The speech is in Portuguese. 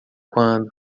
quando